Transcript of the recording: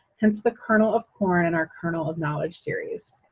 hence the kernel of corn in our kernel of knowledge series.